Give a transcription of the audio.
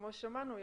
כמו ששמענו,